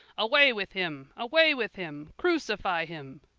away with him! away with him! crucify him!